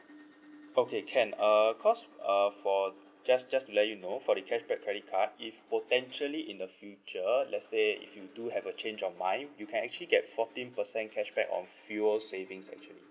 okay can uh cause uh for just just to let you know for the cashback credit card if potentially in the future let's say if you do have a change of mind you can actually get fourteen percent cashback on fuel savings actually